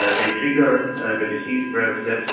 and may trigger the disease process,